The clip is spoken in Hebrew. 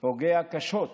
פוגע קשות